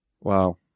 Wow